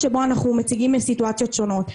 שבו אנחנו מציגים סיטואציות שונות.